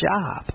job